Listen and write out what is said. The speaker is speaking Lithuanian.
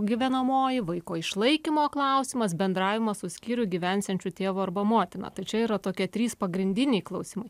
gyvenamoji vaiko išlaikymo klausimas bendravimas su skyrių gyvensiančiu tėvu arba motina tai čia yra tokie trys pagrindiniai klausimai